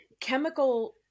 chemical